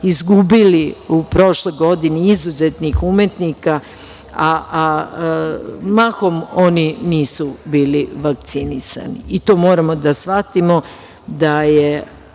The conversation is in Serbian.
izgubili u prošloj godini, izuzetnih umetnika, a mahom oni nisu bili vakcinisani. To moramo da shvatimo, da je